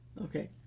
okay